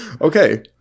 Okay